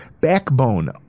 backbone